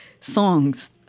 songs